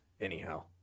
Anyhow